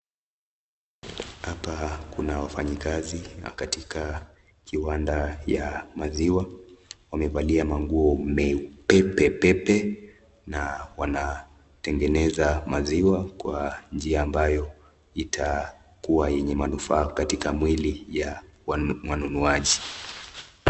Hapa kuna wafanyikazi na katika kiwanda ya maziwa. Wamevalia manguo meupe pe pe pe na wanatengeneza maziwa kwa njia ambayo itakuwa nyenye manufaa katika mwili ya wanunuaji.